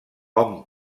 hom